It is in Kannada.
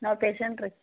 ನಾವು ಪೇಷಂಟ್ ರೀ